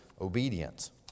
obedience